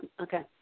Okay